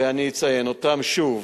ואני אציין אותם שוב.